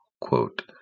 quote